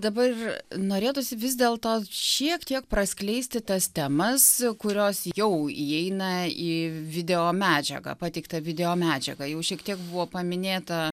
dabar norėtųsi vis dėlto šiek tiek praskleisti tas temas kurios jau įeina į video medžiagą pateiktą video medžiagą jau šiek tiek buvo paminėta